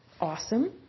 Awesome